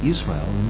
Israel